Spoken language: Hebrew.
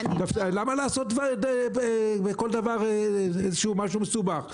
למה לעשות מכל דבר משהו מסובך?